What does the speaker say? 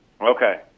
Okay